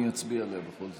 אני אצביע עליה בכל זאת.